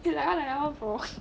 did I I ever boast